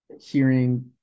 hearing